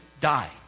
die